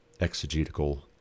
exegetical